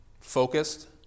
focused